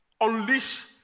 unleash